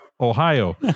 Ohio